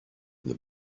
the